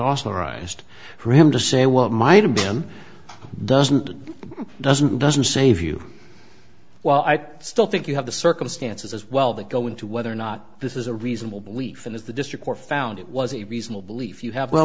arised for him to say what might have been doesn't doesn't doesn't save you well i still think you have the circumstances as well that go into whether or not this is a reasonable belief and if the district court found it was a reasonable leave you have